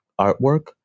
artwork